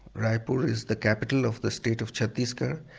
raipur is the capital of the state of chhattisgarh.